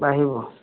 বাঢ়িব